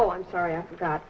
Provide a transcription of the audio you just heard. oh i'm sorry i forgot